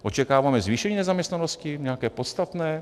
Očekáváme zvýšení nezaměstnanosti nějaké podstatné?